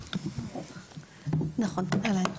נכון, אהלן.